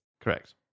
Correct